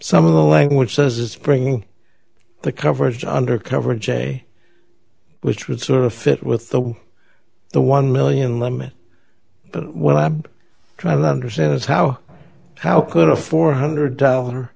some of the language says it's bringing the coverage under cover j which would sort of fit with the the one million limit but what i'm trying to understand is how how could a four hundred dollar